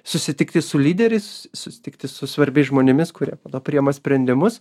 susitikti su lyderiais susitikti su svarbiais žmonėmis kurie priima sprendimus